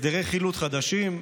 הסדרי חילוט חדשים.